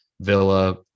Villa